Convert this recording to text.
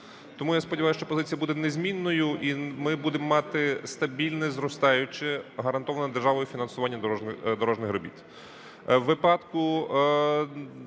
Тому я сподіваюсь, що позиція буде незмінною і ми будемо мати стабільне зростаюче, гарантоване державою фінансування дорожніх робіт.